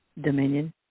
Dominion